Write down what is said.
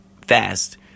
fast